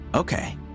okay